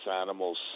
animals